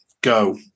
go